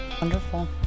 Wonderful